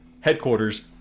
headquarters